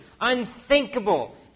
unthinkable